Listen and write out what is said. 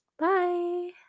Bye